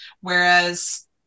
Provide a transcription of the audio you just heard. Whereas